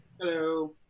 hello